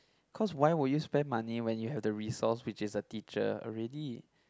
cause why will you spend money when you have the resource which is the teacher already